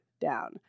down